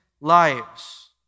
lives